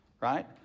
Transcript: right